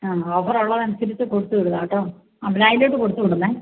ആ ഓഫർ ഉള്ളത് അനുസരിച്ച് കൊടുത്ത് വിടുക കേട്ടോ അമലായിലോട്ട് കൊടുത്തുവിടണേ